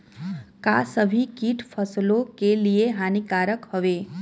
का सभी कीट फसलों के लिए हानिकारक हवें?